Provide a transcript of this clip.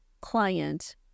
client